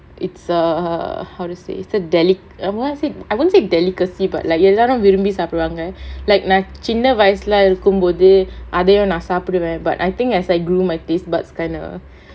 is a how to say is a deli~ I want to say I won't say delicacy but like எல்லாரும் விரும்பி சாப்பிடுவாங்க:ellaarum virumbi saappiduvaanga like நான் சின்ன வயசுல இருக்கும் போது அதயும் நான் சாப்பிடுவேன்:naan chinna vayasula irukkum pothu athayum naan saappiduvaen but I think as I grew my tastebud is kind of